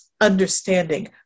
understanding